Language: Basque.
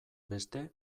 beste